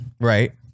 Right